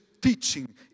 teaching